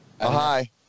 hi